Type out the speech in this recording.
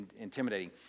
intimidating